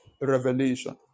revelation